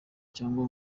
cyangwa